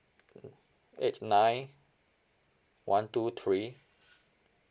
uh eight nine one two three